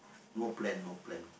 no plan no plan